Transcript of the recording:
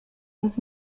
was